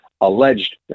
alleged